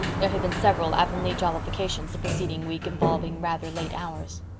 there had been several avonlea jollifications the preceding week, involving rather late hours.